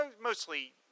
mostly